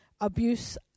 abuse